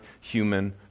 human